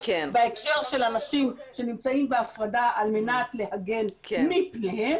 אנשים נכנסים להפרדה על מנת להגן עליהם ולא להגן מפניהם.